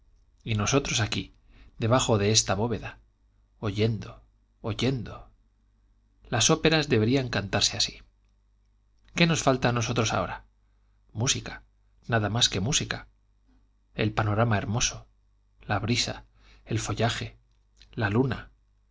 y nosotros aquí debajo de esta bóveda oyendo oyendo las óperas deberían cantarse así qué nos falta a nosotros ahora música nada más que música el panorama hermoso la brisa el follaje la luna